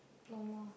no more